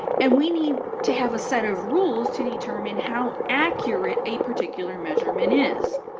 and we need to have a set of rules to determine how accurate a particular measurement is,